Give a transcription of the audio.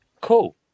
Cool